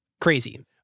Crazy